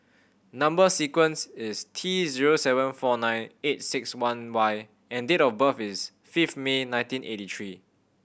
number sequence is T zero seven four nine eight six one Y and date of birth is fifth May nineteen eighty three